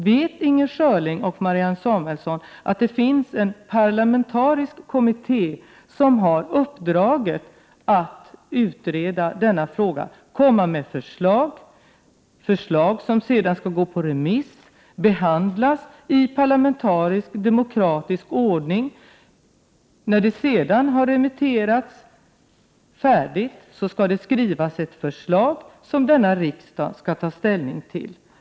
Vet Inger Schörling och Marianne Samuelsson att det finns en parlamentarisk kommitté som har uppdraget att utreda denna fråga och lägga fram förslag, som sedan skall behandlas i parlamentarisk och demokratisk ordning? Förslagen skall gå ut på remiss, och när remissomgången är färdig skall det skrivas ett förslag, som riksdagen får ta ställning till.